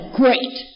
great